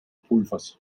pulvers